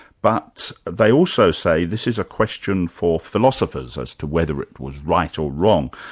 but they also say this is a question for philosophers as to whether it was right or wrong.